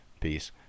Peace